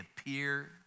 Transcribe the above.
appear